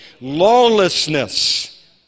lawlessness